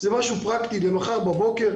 זה משהו פרקטי למחר בבוקר.